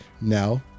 Now